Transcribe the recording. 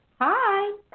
Hi